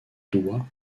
doigts